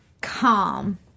calm